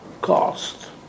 cost